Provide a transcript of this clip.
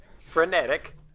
frenetic